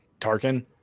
Tarkin